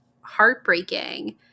heartbreaking